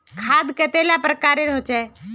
खाद कतेला प्रकारेर होचे?